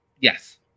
Yes